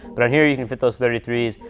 but on here you can fit those thirty three s,